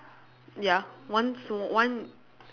ya one small one